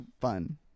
fun